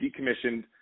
decommissioned